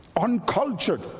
uncultured